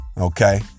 okay